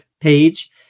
page